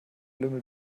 lümmel